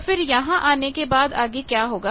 तो फिर यहां आने के बाद आगे क्या होगा